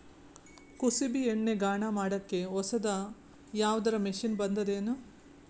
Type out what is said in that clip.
ಕುಸುಬಿ ಎಣ್ಣೆ ಗಾಣಾ ಮಾಡಕ್ಕೆ ಹೊಸಾದ ಯಾವುದರ ಮಷಿನ್ ಬಂದದೆನು?